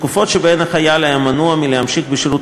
ותקופות שבהן החייל היה מנוע מלהמשיך בשירות